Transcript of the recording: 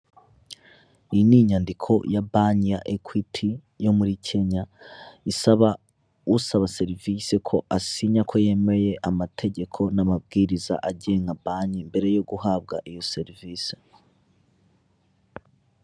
Iyi ni inyandiko ya banki ya ekwiti yo muri Kenya, isaba usaba serivisi ko asinya ko yemeye amategeko n'amabwiriza agenga banki mbere yo guhabwa iyo serivisi.